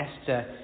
Esther